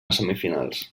semifinals